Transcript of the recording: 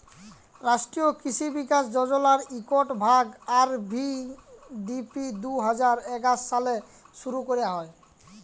রাষ্ট্রীয় কিসি বিকাশ যজলার ইকট ভাগ, আর.এ.ডি.পি দু হাজার এগার সালে শুরু ক্যরা হ্যয়